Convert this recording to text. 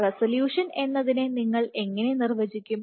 resolution എന്നതിന് നിങ്ങൾ നിർവചിക്കും